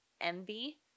envy